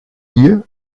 hier